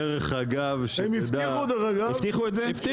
ולגבי